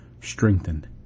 strengthened